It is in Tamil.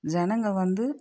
ஜனங்க வந்து